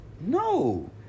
No